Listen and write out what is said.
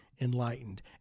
enlightened